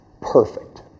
perfect